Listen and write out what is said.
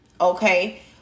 okay